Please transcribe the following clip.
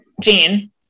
Jean